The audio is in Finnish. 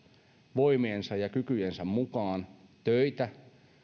voimiensa ja kykyjensä mukaan töitä